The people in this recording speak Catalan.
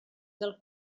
del